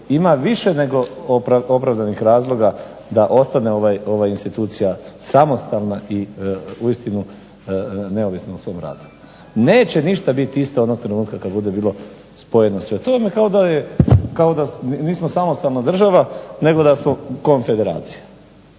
ima više nego opravdanih razloga da ostane ova institucija samostalna i neovisna o svom radu. Neće ništa biti isto onog trenutka kada bude spojeno sve to. Kao da je nismo samostalna država nego da smo konfederacija.